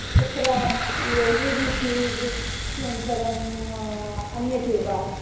तत्र L E D tube अनन्तरम् अन्य ट्यूब्